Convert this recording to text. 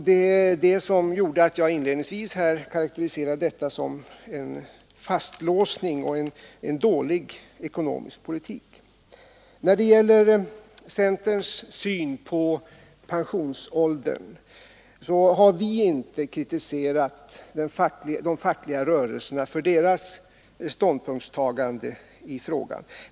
Det är detta som jag inledningsvis karakteriserade som fastlåsning och dålig ekonomisk politik. När det gäller centerns syn på pensionsåldern har vi inte kritiserat de fackliga rörelserna för deras ståndpunktstagande i frågan.